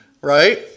right